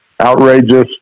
outrageous